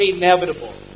inevitable